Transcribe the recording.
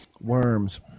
Worms